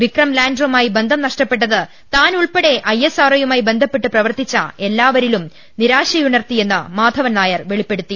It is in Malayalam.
വിക്രം ലാന്ററുമായി ബന്ധം നഷ്ടപ്പെട്ടത് താൻ ഉൾപ്പെടെ ഐഎ സ്ആർഒ യുമായി ബന്ധപ്പെട്ട് പ്രവർത്തിച്ച എല്ലാവരെയും നിരാശ രാക്കിയതായും മാധവൻനായർ വെളിപ്പെടുത്തി